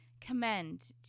commend